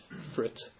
fruit